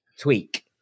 tweak